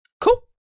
Cool